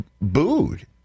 booed